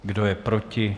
Kdo je proti?